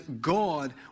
God